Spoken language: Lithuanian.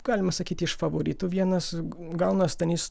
galima sakyti iš favoritų vienas gauna stanys